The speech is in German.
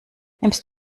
nimmst